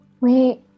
Wait